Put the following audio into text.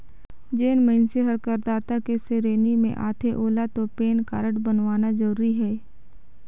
जेन मइनसे हर करदाता के सेरेनी मे आथे ओेला तो पेन कारड बनवाना जरूरी हे